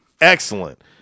excellent